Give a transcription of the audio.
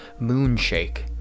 Moonshake